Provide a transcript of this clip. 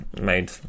made